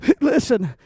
Listen